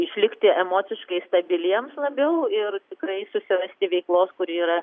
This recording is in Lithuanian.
išlikti emociškai stabiliems labiau ir tikrai susirasti veiklos kuri yra